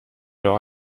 leur